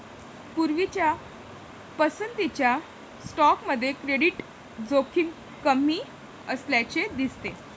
पूर्वीच्या पसंतीच्या स्टॉकमध्ये क्रेडिट जोखीम कमी असल्याचे दिसते